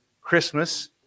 Christmas